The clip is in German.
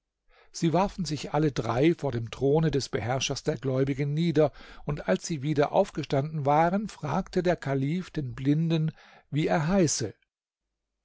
sie warfen sich alle drei vor dem throne des beherrschers der gläubigen nieder und als sie wieder aufgestanden waren fragte der kalif den blinden wie er heiße